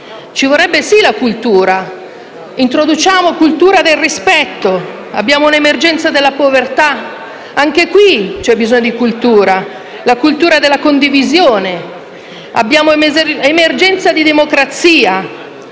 Ci vorrebbe sì la cultura: introduciamo cultura del rispetto. Abbiamo l'emergenza della povertà, con la necessità, anche qui, di cultura, della cultura della condivisione. Abbiamo emergenza di democrazia